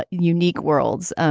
ah unique worlds. um